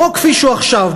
החוק כפי שהוא עכשיו,